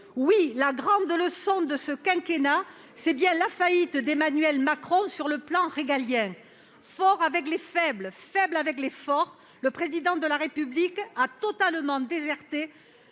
Oui, la grande leçon de ce quinquennat, c'est bien la faillite d'Emmanuel Macron sur le plan régalien : fort avec les faibles, faible avec les forts, le Président de la République a totalement déserté